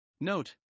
Note